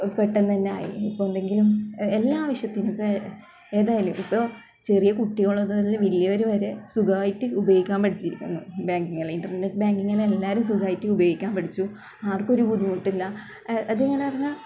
പെട്ടെന്ന് തന്നെ ആയി ഇപ്പോൾ എന്തെങ്കിലും എല്ലാ ആവശ്യത്തിനും ഇപ്പം ഏതായാലും ഇപ്പോൾ ചെറിയ കുട്ടി മുതൽ വലിയവർ വരെ സുഖമായിട്ട് ഉപയോഗിക്കാൻ പഠിച്ചിരിക്കുന്നു ബാങ്കിങ്ങ് എല്ലാം ഇൻ്റർനെറ്റ് ബാങ്കിങ്ങിൽ എല്ലാവരും സുഖമായിട്ട് ഉപയോഗിക്കാൻ പഠിച്ചു ആർക്കും ഒരു ബുദ്ധിമുട്ടില്ല അത് എങ്ങനെ പറഞ്ഞാൽ